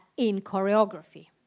in choreography